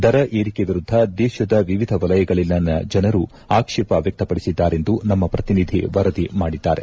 ದರ ಏರಿಕೆ ವಿರುದ್ದ ದೇಶದ ವಿವಿಧ ವಲಯಗಳಲ್ಲಿನ ಜನರು ಆಕ್ಷೇಪ ವ್ಯಕ್ತಪಡಿಸಿದ್ದಾರೆಂದು ನಮ್ಮ ಪ್ರತಿನಿಧಿ ವರದಿ ಮಾಡಿದ್ದಾರೆ